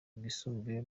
bwisumbuye